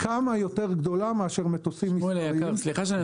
כמה יותר גדולה מאשר מטוסים מסחריים.